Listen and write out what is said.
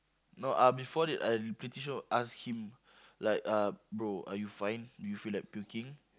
no uh before that I pretty sure ask him like uh bro are you fine do you feel like puking